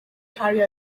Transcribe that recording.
carry